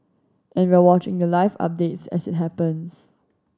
and we're watching the life updates as it happens